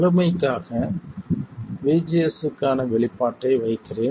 முழுமைக்காக VGS க்கான வெளிப்பாட்டை வைக்கிறேன்